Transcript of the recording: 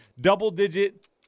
double-digit